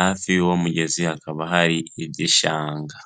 hafi y'uwo mugezi hakaba hari igishanga.